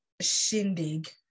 shindig